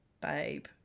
babe